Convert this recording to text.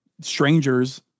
strangers